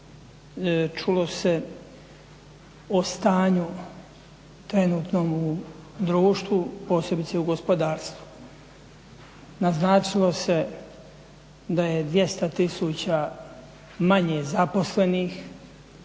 čulo se o stanju trenutnom u društvu posebice u gospodarstvu. Naznačilo se da je 200 000 manje zaposlenih,